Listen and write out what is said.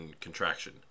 Contraction